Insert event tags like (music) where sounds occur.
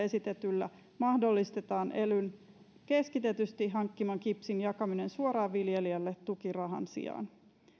(unintelligible) esitetyllä lakimuutoksella mahdollistetaan elyn keskitetysti hankkiman kipsin jakaminen suoraan viljelijälle tukirahan sijaan